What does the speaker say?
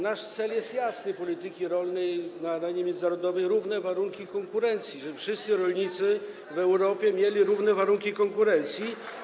Nasz cel jest jasny, cel polityki rolnej na arenie międzynarodowej: równe warunki konkurencji, to, żeby wszyscy rolnicy w Europie mieli równe warunki konkurencji.